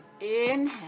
Inhale